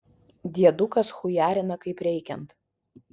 diedukas chujarina kaip reikiant